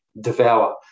devour